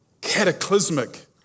cataclysmic